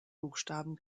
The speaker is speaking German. buchstaben